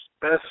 Best